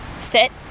sit